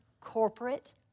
corporate